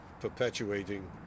perpetuating